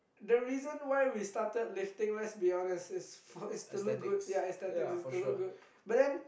the reason why we started lifting let's be honest it's for it's to look good ya aesthetic is to look good but then